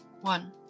One